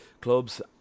Clubs